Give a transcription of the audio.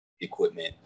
equipment